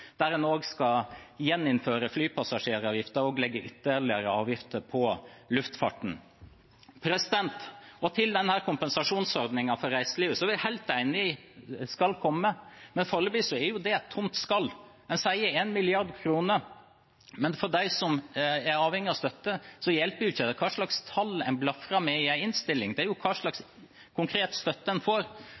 der en også skal gjeninnføre flypassasjeravgiften og legge ytterligere avgifter på luftfarten. Til kompensasjonsordningen for reiselivet, som jeg er helt enig i skal komme, men som foreløpig er et tomt skall: En sier 1 mrd. kr, men for dem som er avhengige av støtte, hjelper det jo ikke hvilke tall en blafrer med i en innstilling; det er jo hvilken konkret støtte en får,